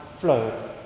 flow